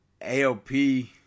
AOP